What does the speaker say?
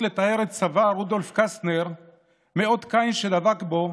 לטהר את סבה רודולף קסטנר מאות קין שדבק בו